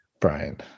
Brian